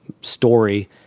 story